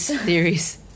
theories